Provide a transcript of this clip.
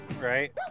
Right